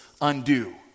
undo